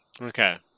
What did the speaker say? Okay